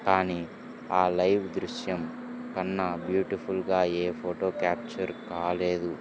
కానీ ఆ లైవ్ దృశ్యం కన్నా బ్యూటిఫుల్గా ఏ ఫోటో క్యాప్చర్ కాలేదు